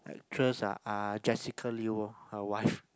actress ah Jessica-Liu lor her wife